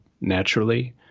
naturally